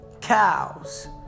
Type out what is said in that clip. cows